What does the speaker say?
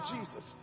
Jesus